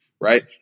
right